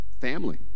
Family